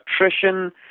attrition